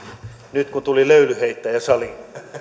nyt kun tuli löylynheittäjä saliin